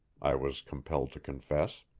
i was compelled to confess.